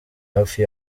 hafi